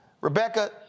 rebecca